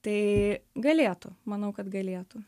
tai galėtų manau kad galėtų